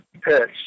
pitch